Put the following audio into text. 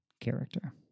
character